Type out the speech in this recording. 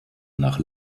nach